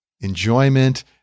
enjoyment